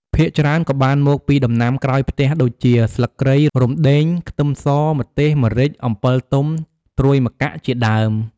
ភាគច្រើនក៏បានមកពីដំណាំក្រោយផ្ទះដូចជា ស្លឹកគ្រៃ រំដេង ខ្ទឹមស ម្ទេស ម្រេច អំពិលទុំ ត្រួយម្កាក់ ជាដើម។